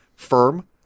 firm